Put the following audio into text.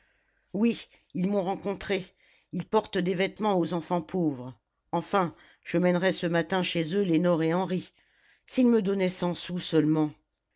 oui ils m'ont rencontrée ils portent des vêtements aux enfants pauvres enfin je mènerai ce matin chez eux lénore et henri s'ils me donnaient cent sous seulement